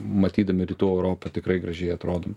matydami rytų europą tikrai gražiai atrodom